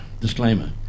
disclaimer